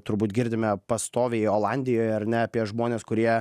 turbūt girdime pastoviai olandijoje ar ne apie žmones kurie